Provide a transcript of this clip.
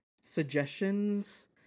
suggestions